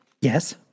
Yes